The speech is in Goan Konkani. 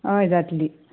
हय जातली